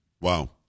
wow